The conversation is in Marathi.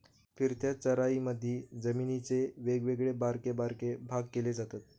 फिरत्या चराईमधी जमिनीचे वेगवेगळे बारके बारके भाग केले जातत